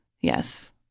yes